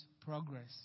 progress